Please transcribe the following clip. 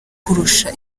kurusha